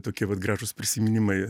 tokie vat gražūs prisiminimai